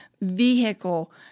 vehicle